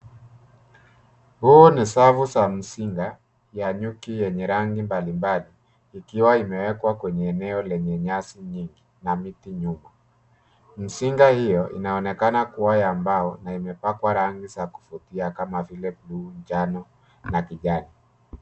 Huu ni safu za mizinga ya nyuki yenye rangi mbali mbali, ikiwa imeekwa kwenye eneo lenye nyasi nyingi na miti nyuma. Mizinga hio inaonekana kua ya mbao na imepakwa rangi zinazovutia kama vile, blue , njano, na kijani.